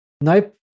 Nope